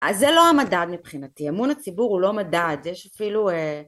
אז זה לא המדע מבחינתי, אמון הציבור הוא לא מדע, יש אפילו א...